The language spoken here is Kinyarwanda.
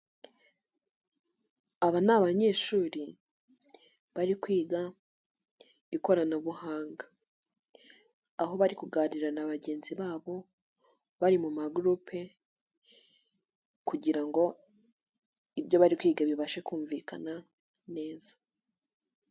Aba ni abanyeshuri bari kwiga ikoranabuhanga, aho bari kuganira na bagenzi babo, bari mu magurupe kugira ngo ibyo bari kwiga bibashe kumvikana neza.